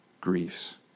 griefs